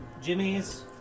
Jimmy's